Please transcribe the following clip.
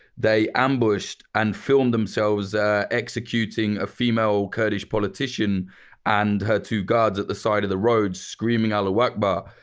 they ambushed and filmed themselves executing a female kurdish politician and her two guards at the side of the road screaming allahu akbar.